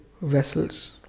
vessels